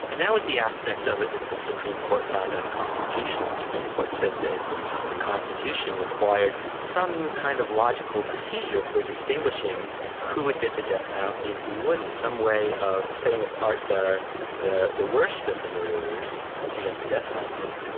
and that was the aspect of it that the supreme court found unconstitutional. the supreme court said that the constitution required some kind of logical procedure for distinguishing who would get the death penalty and who wouldn't, some way of setting apart the the worst of the murderers to get the death penalty.